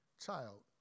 child